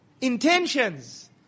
intentions